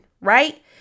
Right